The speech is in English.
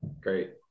Great